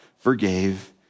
forgave